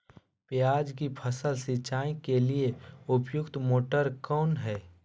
प्याज की फसल सिंचाई के लिए उपयुक्त मोटर कौन है?